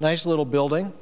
nice little building